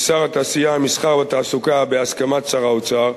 כי שר התעשייה, המסחר והתעסוקה, בהסכמת שר האוצר,